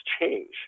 change